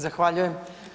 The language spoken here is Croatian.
Zahvaljujem.